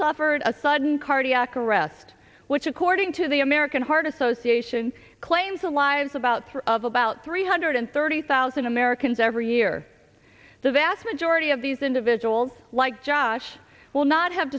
suffered a sudden cardiac arrest which according to the american heart association claims the lives about three of about three hundred thirty thousand americans every year the vast majority of these individuals like josh will not have